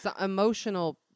Emotional